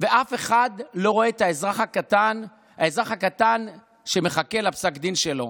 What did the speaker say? ואף אחד לא רואה את האזרח הקטן שמחכה לפסק הדין שלו.